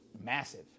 massive